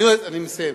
אני מסיים.